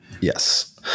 Yes